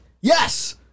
Yes